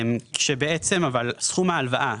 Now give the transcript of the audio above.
סכום ההלווה,